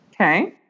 Okay